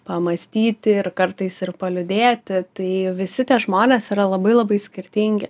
pamąstyti ir kartais ir paliūdėti tai visi tie žmonės yra labai labai skirtingi